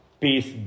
peace